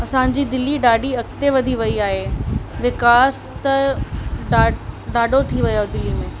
असांजी दिल्ली ॾाढी अॻिते वधी वेई आहे विकास त ॾा ॾाढो थी वियो आहे दिल्ली में